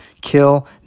Kill